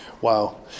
Wow